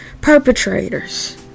perpetrators